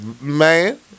Man